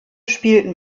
spielten